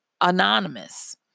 anonymous